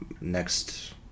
next